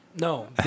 No